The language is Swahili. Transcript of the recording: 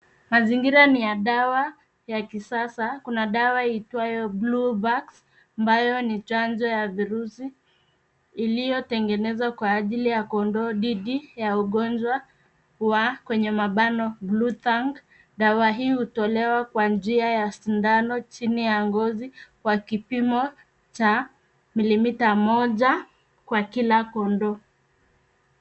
Mazingira ni ya dawa ya kisasa; kuna dawa iitwayo BLUVAX ambayo ni chanjo ya virusi iliyotengezwa kwa ajili ya kondoo dhidi ya ugonjwa wa Bluetongue. Dawa hii hutolewa kwa njia ya sindano chini ya ngozi kwa kipimo cha milimita moja kwa kila kondoo.